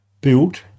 built